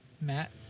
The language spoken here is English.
Matt